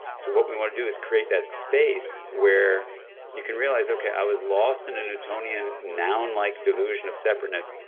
so what we want to do is create that space where you can realize, okay. i was lost in a newtonian, noun-like delusion of separateness.